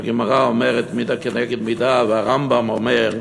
הגמרא אומרת: מידה כנגד מידה, והרמב"ם אומר,